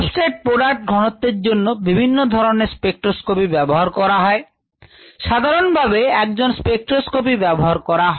substrate product ঘনত্বের জন্য বিভিন্ন ধরনের স্পেকট্রোস্কপি ব্যবহার করা হয় সাধারণভাবে absorption স্পেকট্রোস্কপি ব্যবহার করা হয়